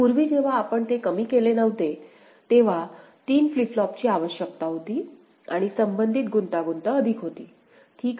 पूर्वी जेव्हा आपण ते कमी केले नव्हते तेव्हा 3 फ्लिप फ्लॉपची आवश्यकता होती आणि संबंधित गुंतागुंत अधिक होती ठीक आहे